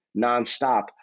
nonstop